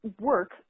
work